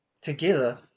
together